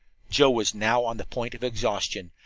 joe was now on the point of exhaustion.